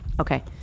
Okay